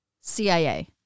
CIA